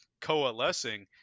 coalescing